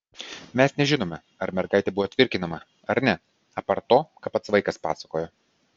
mes nežinome ar mergaitė buvo tvirkinama ar ne apart to ką pats vaikas papasakojo